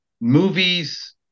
movies